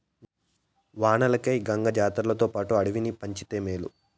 వానలకై గంగ జాతర్లతోపాటు అడవిని పంచితే మేలు